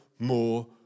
more